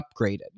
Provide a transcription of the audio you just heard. upgraded